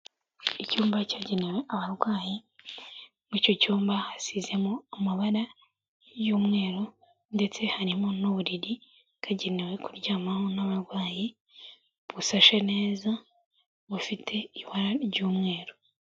Icyumba cyagenewe abarwayi mu icyo cyumba hasizemo amabara y'umweru ndetse harimo n'uburiri bwagenewe kuryamwaho n'abarwayi, busashe neza bufite ibara ry'umweru.